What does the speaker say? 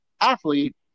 athlete